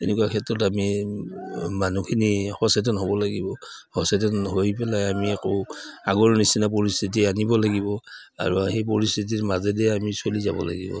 এনেকুৱা ক্ষেত্ৰত আমি মানুহখিনি সচেতন হ'ব লাগিব সচেতন হৈ পেলাই আমি আকৌ আগৰ নিচিনা পৰিস্থিতি আনিব লাগিব আৰু সেই পৰিস্থিতিৰ মাজেদি আমি চলি যাব লাগিব